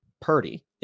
Purdy